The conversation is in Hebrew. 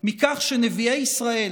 מכך שנביאי ישראל